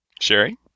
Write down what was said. Sherry